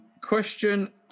Question